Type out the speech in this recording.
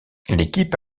l’équipe